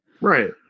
Right